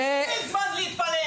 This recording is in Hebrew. אין לי זמן להתפלל.